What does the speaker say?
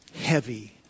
heavy